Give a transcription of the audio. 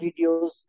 videos